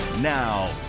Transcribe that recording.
now